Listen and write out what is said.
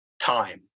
time